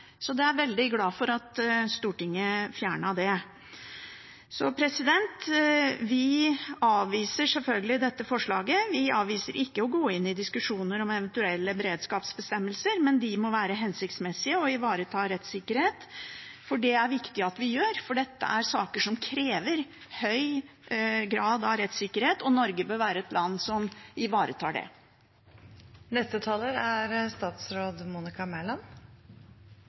er veldig glad for at Stortinget fjernet den. Vi avviser selvfølgelig dette forslaget. Vi avviser ikke å gå inn i diskusjoner om eventuelle beredskapsbestemmelser, men de må være hensiktsmessige og ivareta rettssikkerheten. Det er viktig, for dette er saker som krever en høy grad av rettssikkerhet, og Norge bør være et land som ivaretar det.